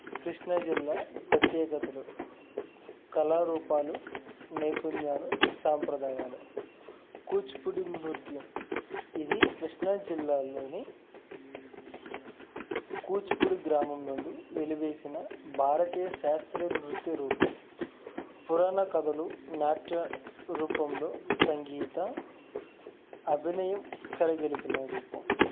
కృష్ణా జిల్లా ప్రత్యేకతలు కళారూపాలు నైపుణ్యాలు సాంప్రదాయాలు కూచిపూడి నృత్యం ఇది కృష్ణా జిల్లాలోని కూచిపూడి గ్రామం నుండి వెలివేసిన భారతీయ శాస్త్రీయ నృత్య రూపం పురాణ కథలు నాట్య రూపంలో సంగీత అభినయం కలగలిపిన రూపం